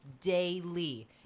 daily